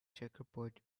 checkerboard